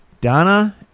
Donna